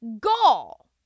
gall